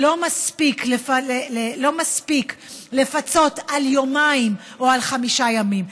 לא מספיק לפצות על יומיים או על חמישה ימים,